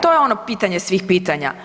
To je ono pitanje svih pitanja.